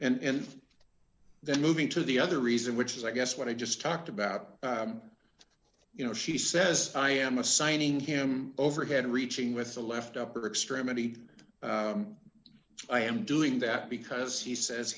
well and then moving to the other reason which is i guess what i just talked about you know she says i am assigning him overhead reaching with the left upper extremity i am doing that because he says